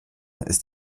ist